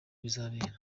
bizabera